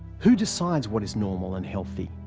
who decides what is normal and healthy?